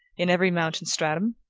in every mountain stratum,